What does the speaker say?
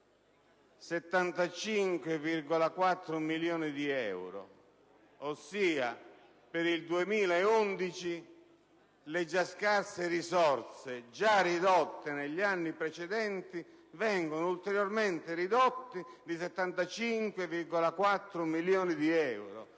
75,4 milioni di euro. Ossia, per il 2011, le già scarse risorse, già ridotte negli anni precedenti, vengono ulteriormente ridotte di 75,4 milioni di euro.